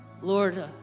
Lord